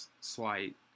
slight